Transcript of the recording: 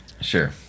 Sure